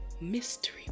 Mystery